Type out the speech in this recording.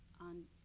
on